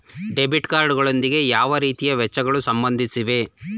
Debit card ಗಳೊಂದಿಗೆ ಯಾವ ರೀತಿಯ ವೆಚ್ಚಗಳು ಸಂಬಂಧಿಸಿವೆ?